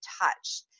touched